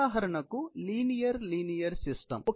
ఉదాహరణకు linear linear system